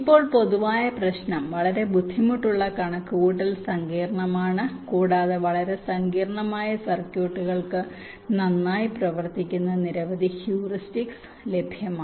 ഇപ്പോൾ പൊതുവായ പ്രശ്നം വളരെ ബുദ്ധിമുട്ടുള്ള കണക്കുകൂട്ടൽ സങ്കീർണ്ണമാണ് കൂടാതെ വളരെ സങ്കീർണ്ണമായ സർക്യൂട്ടുകൾക്ക് നന്നായി പ്രവർത്തിക്കുന്ന നിരവധി ഹ്യൂറിസ്റ്റിക്സ് ലഭ്യമാണ്